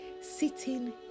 sitting